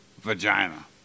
Vagina